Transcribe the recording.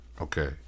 Okay